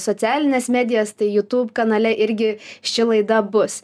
socialines medijas tai youtube kanale irgi ši laida bus